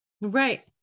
Right